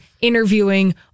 interviewing